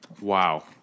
wow